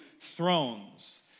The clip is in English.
thrones